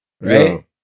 right